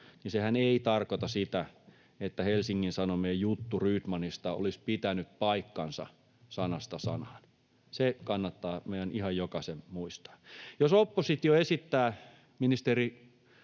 ratkaisuhan ei tarkoita sitä, että Helsingin Sanomien juttu Rydmanista olisi pitänyt paikkansa sanasta sanaan. Se kannattaa meidän ihan jokaisen muistaa. Jos oppositio esittää ministeri